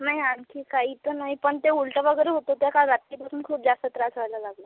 नाही आणखी काही तर नाही पण ते उलट्या वगैरे होत होत्या काल रात्रीपासून खूप जास्त त्रास व्हायला लागला